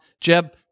Jeb